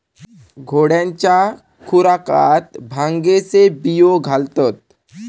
घोड्यांच्या खुराकात भांगेचे बियो घालतत